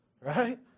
right